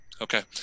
Okay